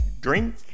drink